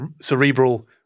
cerebral